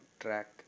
track